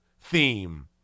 theme